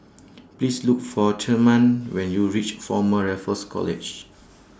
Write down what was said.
Please Look For Therman when YOU REACH Former Raffles College